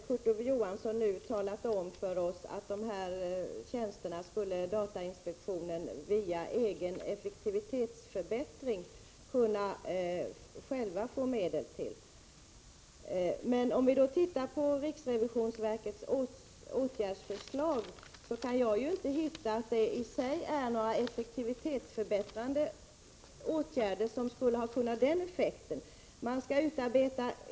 Herr talman! Två gånger har Kurt Ove Johansson talat om för oss att datainspektionen via egen effektivitetsförbättring skulle få medel till dessa tjänster. Men i RRV:s åtgärdsförslag kan jag inte finna att det i sig är några effektivitetsförbättrande åtgärder som skulle ge den effekten.